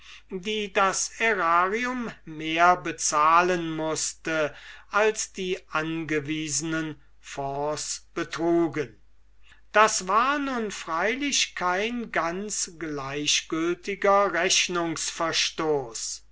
die das aerarium mehr bezahlen mußte als die angewiesenen fonds betrugen das war nun freilich kein ganz gleichgültiger